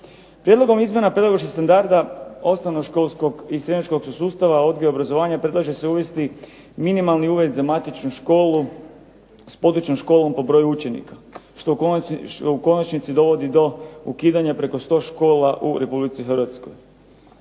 Prijedlogom izmjena pedagoških standarda osnovno školskog i srednje školskog sustava odgoja i obrazovanja predlaže se uvesti minimalni uvjet za matičnu školu s područnom školom po broju učenika što u konačnici dovodi do ukidanja preko sto škola u Republici Hrvatskoj.